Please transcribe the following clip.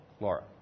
Laura